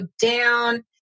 down